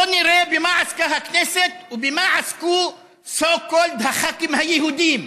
בוא נראה במה עסקה הכנסת ובמה עסקו so called הח"כים היהודים.